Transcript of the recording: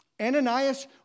Ananias